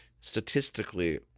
statistically